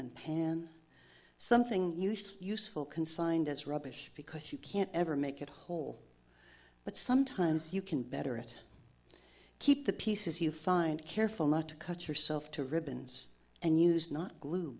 then something useful consigned as rubbish because you can't ever make it whole but sometimes you can better it keep the pieces you find careful not to cut yourself to ribbons and use not glue